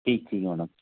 ठीक ठीक है मैडम